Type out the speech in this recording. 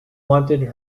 wanted